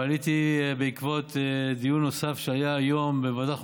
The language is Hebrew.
אבל עליתי בעקבות דיון נוסף שהיה היום בוועדת החוקה,